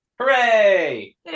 Hooray